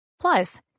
Plus